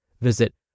Visit